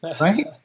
right